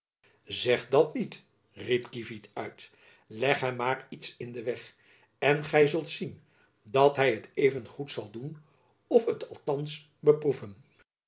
zeg dat niet riep kievit uit leg hem maar iets in den weg en gy zult zien dat hy het even goed zal doen of het althands beproeven